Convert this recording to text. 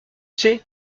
sais